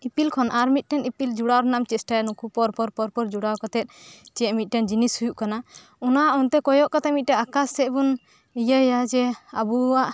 ᱤᱯᱤᱞ ᱠᱷᱚᱱ ᱟᱨ ᱢᱤᱫ ᱴᱮᱱ ᱤᱯᱤᱞ ᱡᱚᱲᱟᱣ ᱨᱮᱱᱟᱜ ᱮᱢ ᱪᱮᱥᱴᱟᱭᱟ ᱱᱩᱠᱩ ᱯᱚᱨ ᱯᱚᱨ ᱯᱚᱨ ᱡᱚᱲᱟᱣ ᱠᱟᱛᱮ ᱪᱮᱫ ᱢᱤᱫᱴᱮᱱ ᱡᱤᱱᱤᱥ ᱦᱩᱭᱩᱜ ᱠᱟᱱᱟ ᱚᱱᱟ ᱚᱱᱛᱮ ᱠᱚᱭᱚᱜ ᱠᱟᱛᱮ ᱢᱤᱫᱴᱮᱡ ᱟᱠᱟᱥ ᱥᱮᱡ ᱵᱩᱱ ᱤᱭᱟᱹᱭᱟ ᱡᱮ ᱟᱹᱵᱩᱭᱟᱜ